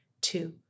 two